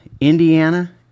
Indiana